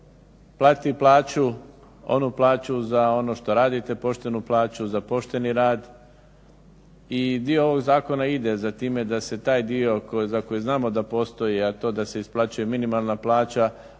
Platiti plaću, onu plaću za ono što radite, poštenu plaću za pošteni rad. I dio ovog zakona ide za time da se taj dio za koji znamo da postoji, a to da se isplaćuje minimalna plaća,